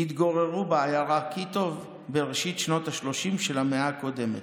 התגוררו בעיירה קיטוב בראשית שנות השלושים של המאה הקודמת.